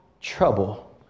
trouble